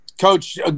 Coach